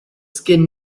skin